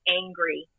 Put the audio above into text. angry